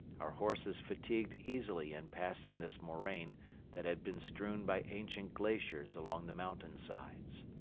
our horses fatigued easily in passing this moraine that had been strewn by ancient glaciers along the mountain sides.